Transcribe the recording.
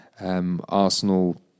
Arsenal